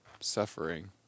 suffering